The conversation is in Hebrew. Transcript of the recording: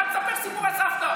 אל תספר סיפורי סבתא.